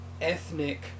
ethnic